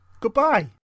Goodbye